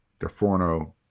DeForno